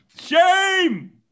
Shame